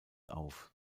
auf